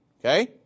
Okay